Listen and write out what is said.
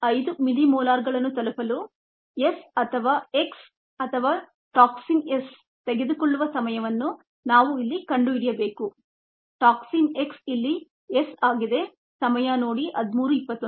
5 ಮಿಲಿಮೋಲರ್ಗಳನ್ನು ತಲುಪಲು s ಅಥವಾ x ಅಥವಾ ಟಾಕ್ಸಿನ್ s ತೆಗೆದುಕೊಳ್ಳುವ ಸಮಯವನ್ನು ನಾವು ಇಲ್ಲಿ ಕಂಡುಹಿಡಿಯಬೇಕು ಟಾಕ್ಸಿನ್ x ಇಲ್ಲಿ s ಆಗಿದೆ ಸಮಯ ನೋಡಿ 1321